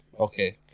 Okay